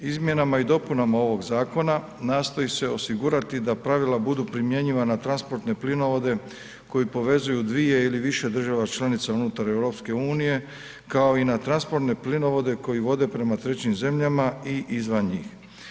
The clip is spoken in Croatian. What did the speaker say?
Izmjenama i dopunama ovog zakona nastoji se osigurati da pravila budu primjenjiva na transportne plinovode koji povezuju dviju ili više država članica unutar EU kao i na transportne plinovode koji vode prema trećim zemljama i izvan njih.